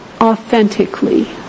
authentically